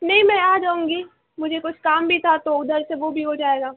نہیں میں آ جاؤں گی مجھے کچھ کام بھی تھا تو اُدھر سے وہ بھی ہو جائے گا